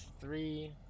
three